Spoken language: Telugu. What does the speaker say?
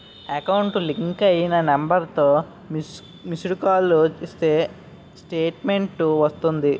ఎకౌంట్ లింక్ అయిన నెంబర్తో మిస్డ్ కాల్ ఇస్తే స్టేట్మెంటు వస్తాది